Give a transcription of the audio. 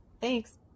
Thanks